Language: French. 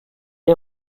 est